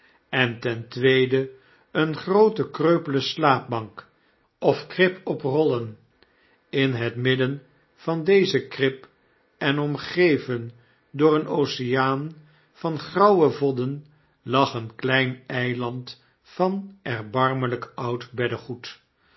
en ten tweede eene groote kreupele slaapbank of krib op rollen in het midden van deze krib en omgeven door een oceaan van grauwe vodden lag een klein eiland van erbarmelyk